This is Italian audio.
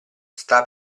sta